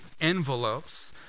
envelopes